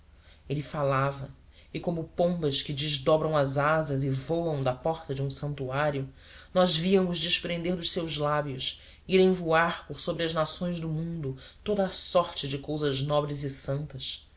ele falava e como pombas que desdobram as asas e voam da porta de um santuário nós víamos desprender-se dos seus lábios irem voar por sobre as nações do mundo toda a sorte de cousas nobres e santas